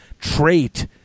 trait